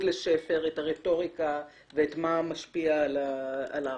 לשפר את הרטוריקה ואת מה משפיע על ההחלטה,